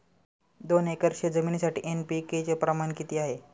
दोन एकर शेतजमिनीसाठी एन.पी.के चे प्रमाण किती आहे?